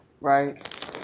Right